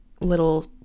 little